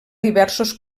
diversos